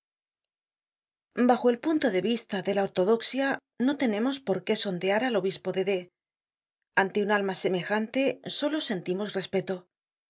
bajo el punto de vista de la ortodoxia no tenemos por qué sondear al obispo de d ante una alma semejante solo sentimos respeto la